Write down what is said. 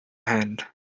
hand